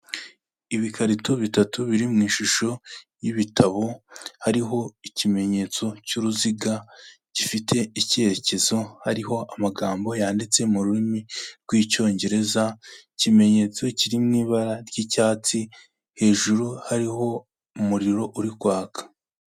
Ibikarito bitatu biri mu ishusho y'ibitabo, hariho ikimenyetso cy'uruziga, gifite icyerekezo, hariho amagambo yanditse mu rurimi rw'Icyongereza, ikimenyetso kiri mu ibara ry'icyatsi, hejuru hariho umuriro uri kwaka.